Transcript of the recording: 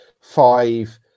five